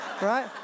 right